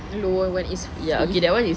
lower on is free